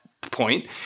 point